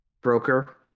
Broker